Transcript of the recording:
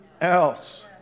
else